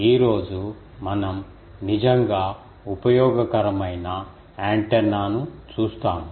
ఈ రోజు మనం నిజంగా ఉపయోగకరమైన యాంటెన్నాను చూస్తాము